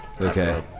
Okay